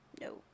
No